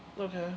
Okay